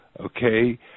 Okay